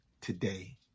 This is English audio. today